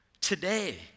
Today